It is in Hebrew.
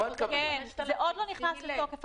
הוראה הזו עוד לא נכנסה לתוקף.